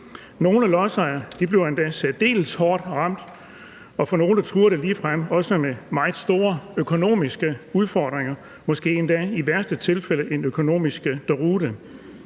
Nogle lodsejere bliver endda særdeles hårdt ramt, og nogle trues ligefrem også med meget store økonomiske udfordringer, måske endda i værste tilfælde en økonomisk deroute.